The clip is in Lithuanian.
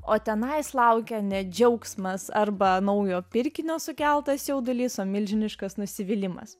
o tenai laukia ne džiaugsmas arba naujo pirkinio sukeltas jaudulys o milžiniškas nusivylimas